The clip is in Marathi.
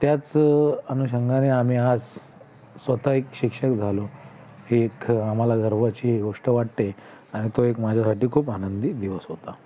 त्याच अनुषंगाने आम्ही आज स्वतः एक शिक्षक झालो ही एक आम्हाला गर्वाची गोष्ट वाटते आणि तो एक माझ्यासाठी खूप आनंदी दिवस होता